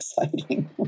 exciting